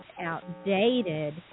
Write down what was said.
outdated